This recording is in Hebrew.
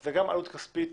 זו גם עלות כספית